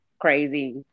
crazy